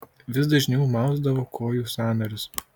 vis dažniau mausdavo kojų sąnarius